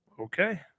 okay